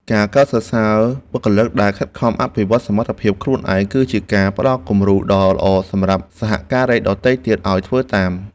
ការកោតសរសើរបុគ្គលិកដែលខិតខំអភិវឌ្ឍសមត្ថភាពខ្លួនឯង គឺជាការផ្ដល់គំរូដ៏ល្អសម្រាប់សហការីដទៃទៀតឱ្យធ្វើតាម។